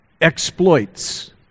exploits